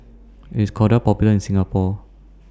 IS Kordel's Popular in Singapore